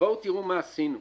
תראו מה עשינו: